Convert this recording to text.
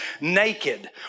naked